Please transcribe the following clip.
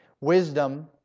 Wisdom